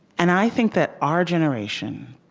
and i think that our generation,